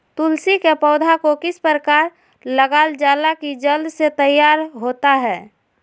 तुलसी के पौधा को किस प्रकार लगालजाला की जल्द से तैयार होता है?